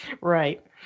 Right